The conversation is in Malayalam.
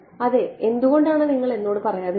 അതെ എന്തുകൊണ്ടാണ് നിങ്ങൾ എന്നോട് പറയാതിരുന്നത്